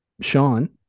Sean